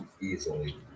easily